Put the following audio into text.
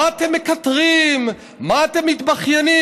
מה אתם מקטרים, מה אתם מתבכיינים?